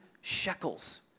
shekels